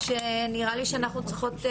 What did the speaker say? שנראה לי שאנחנו צריכות,